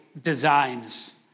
designs